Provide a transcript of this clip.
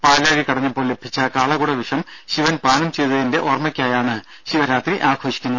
പാലാഴി കടഞ്ഞപ്പോൾ ലഭിച്ച കാളകൂട വിഷം ശിവൻ പാനം ചെയ്തതിന്റെ ഓർമ്മയ്ക്കായാണ് ശിവരാത്രി ആഘോഷിക്കുന്നത്